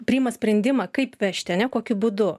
priima sprendimą kaip vežti ane kokiu būdu